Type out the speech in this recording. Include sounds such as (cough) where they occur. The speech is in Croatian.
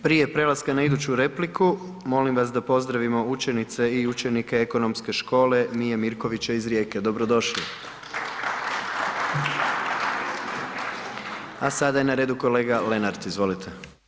Prije prelaska na iduću repliku, molim vas da pozdravimo učenice i učenice Ekonomske škole Mije Mirkovića iz Rijeke, dobrodošli. … (applause) A sada je na redu kolega Lenart, izvolite.